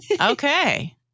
okay